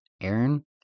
Aaron